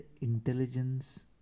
intelligence